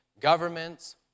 governments